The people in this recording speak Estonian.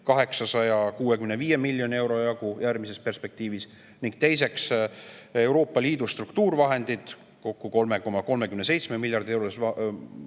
865 miljoni euro jagu järgmises perspektiivis, ning teiseks, Euroopa Liidu struktuurifondide vahendeid kokku 3,37 miljardi euro